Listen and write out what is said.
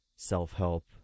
self-help